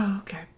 Okay